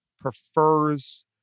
prefers